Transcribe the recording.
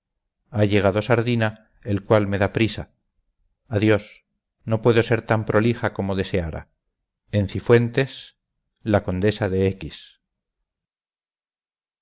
ha llegado sardina el cual me da prisa adiós no puedo ser tan prolija como deseara en cifuentes la condesa de x